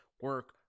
Work